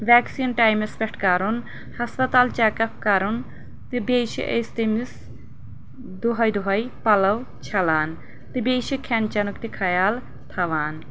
vaccine times پٮ۪ٹھ کرُن ہسپتال چیٚک اپ کرُن تہٕ بیٚیہِ چھِ أسۍ تٔمِس دۄہٕے دۄہٕے پلو چھلان تہٕ بیٚیہِ چھِ کھٮ۪ن چٮ۪نُک تہِ خیال تھاوان